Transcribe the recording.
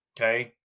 Okay